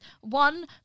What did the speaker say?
one